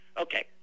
okay